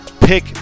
pick